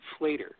inflator